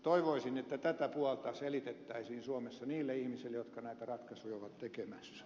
toivoisin että tätä puolta selitettäisiin suomessa niille ihmisille jotka näitä ratkaisuja ovat tekemässä